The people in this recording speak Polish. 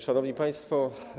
Szanowni Państwo!